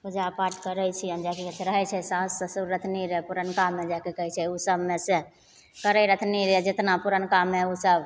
पूजापाठ करयछियनि रहय छै सासु ससुर रहथिन पुरनकामे जे की कहय छै उ सबमेसँ करय रहथिन जेतना पुरनकामे उ सब